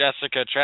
Jessica